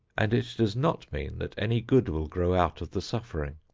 and it does not mean that any good will grow out of the suffering.